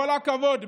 כל הכבוד.